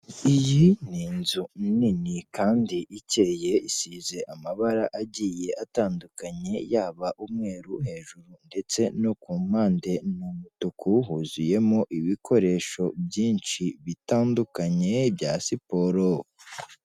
Iyi ni inzu nini kandi ikeye isize amabara agiye atandukanye, yaba umweru hejuru ndetse no ku mpande ni umutuku, huzuyemo ibikoresho byinshi bitandukanye bya siporo.